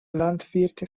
landwirte